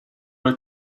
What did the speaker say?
were